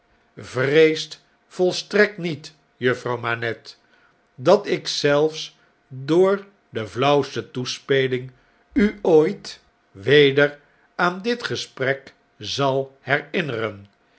vrees volstrekt niet juffrouw manette dat ik zelfs door de flauwste toespeling u ooit weder aan dit gesprek zal herinneren